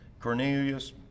Cornelius